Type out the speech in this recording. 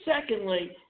Secondly